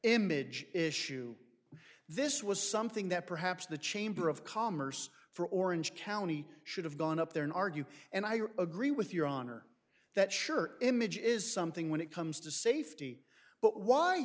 image issue this was something that perhaps the chamber of commerce for orange county should have gone up there and argue and i agree with your honor that sure image is something when it comes to